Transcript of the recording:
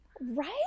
Right